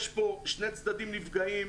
יש פה שני צדדים שנפגעים.